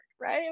right